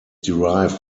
derived